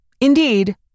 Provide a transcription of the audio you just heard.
Indeed